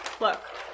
Look